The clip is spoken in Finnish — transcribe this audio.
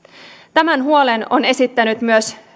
tämän huolen on esittänyt myös